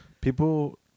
people